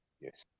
yes